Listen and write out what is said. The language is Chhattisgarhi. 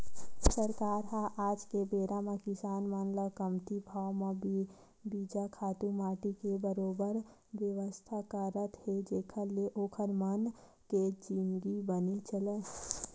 सरकार ह आज के बेरा म किसान मन ल कमती भाव म बीजा, खातू माटी के बरोबर बेवस्था करात हे जेखर ले ओखर मन के जिनगी बने चलय